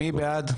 מי בעד?